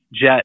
jet